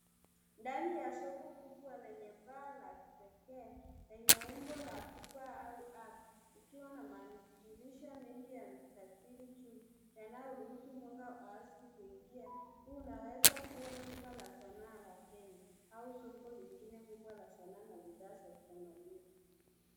Ndani ya soko kubwa lenye paa la kipekee lenye umbo la kupa likiwa madirisha wengi ya mistatili juu yanayoruhusu mwanga asili kuingia. Huu unaweza kua chumba la sanaa la kenya au soko lingine kubwa la sanaa na bidhaa za kitamaduni.